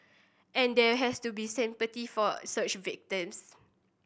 and there has to be sympathy for such victims